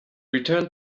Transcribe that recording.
returned